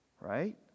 right